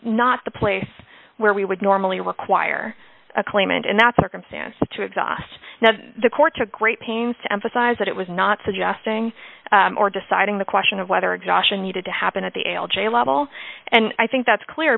not the place where we would normally require a claimant in that circumstance to exhaust the court took great pains to emphasize that it was not suggesting or deciding the question of whether exhaustion needed to happen at the l j level and i think that's clear